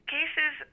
Cases